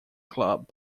club